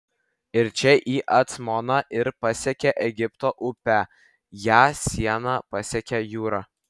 iš čia į acmoną ir pasiekia egipto upę ja siena pasiekia jūrą